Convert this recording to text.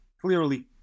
clearly